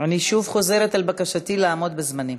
אני שוב חוזרת על בקשתי לעמוד בזמנים.